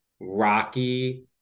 rocky